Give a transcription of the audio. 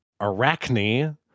Arachne